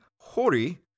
Hori